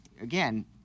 again